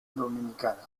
dominicana